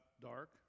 dark